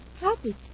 Happy